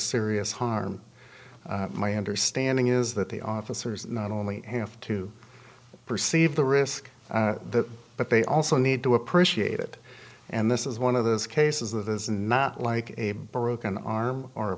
serious harm my understanding is that the officers not only have to perceive the risk the but they also need to appreciate it and this is one of those cases that is not like a broken arm or a